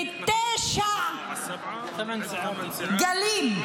בתשעה גלים.